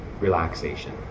relaxation